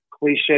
cliche